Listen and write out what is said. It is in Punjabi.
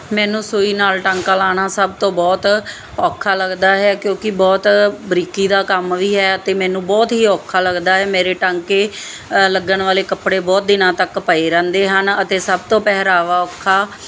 ਮੈਨੂੰ ਸੂਈ ਨਾਲ ਟਾਂਕਾ ਲਾਣਾ ਸਭ ਤੋਂ ਬਹੁਤ ਔਖਾ ਲੱਗਦਾ ਹੈ ਕਿਉਂਕਿ ਬਹੁਤ ਬਰੀਕੀ ਦਾ ਕੰਮ ਵੀ ਹੈ ਤੇ ਮੈਨੂੰ ਬਹੁਤ ਹੀ ਔਖਾ ਲੱਗਦਾ ਹੈ ਮੇਰੇ ਟਾਂਕੇ ਲੱਗਣ ਵਾਲੇ ਕੱਪੜੇ ਬਹੁਤ ਦਿਨਾਂ ਤੱਕ ਪਏ ਰਹਿੰਦੇ ਹਨ ਅਤੇ ਸਭ ਤੋਂ ਪਹਿਰਾਵਾ ਔਖਾ